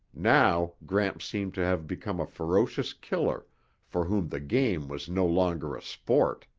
now gramps seemed to have become a ferocious killer for whom the game was no longer a sport.